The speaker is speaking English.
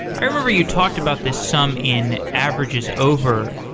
i remember you talked about this some in average is over,